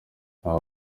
ariko